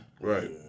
Right